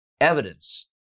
evidence